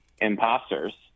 imposters